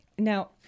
Now